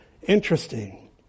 Interesting